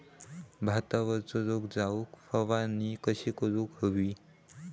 भातावरचो रोग जाऊक फवारणी कशी करूक हवी?